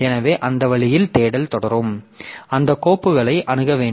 எனவே அந்த வழியில் தேடல் தொடரும் எனவே அந்த கோப்புகளை அணுக வேண்டும்